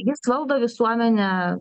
jis valdo visuomenę